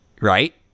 right